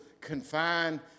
confined